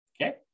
Okay